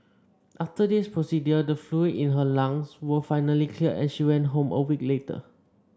after this procedure the fluid in her lungs were finally cleared and she went home a week later